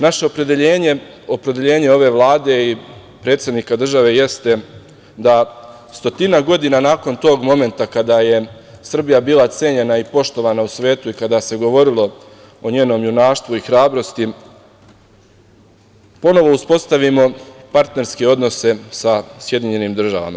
Naše opredeljenje, opredeljenje ove Vlade i predsednika države jeste da stotina godina nakon tog momenta kada je Srbija bila cenjena i poštovana u svetu i kada se govorilo o njenom junaštvu i hrabrosti, ponovo uspostavimo partnerske odnose sa SAD.